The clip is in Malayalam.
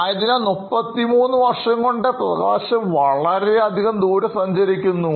ആയതിനാൽ 33 വർഷം കൊണ്ട് വളരെയധികം സഞ്ചരിക്കുന്നു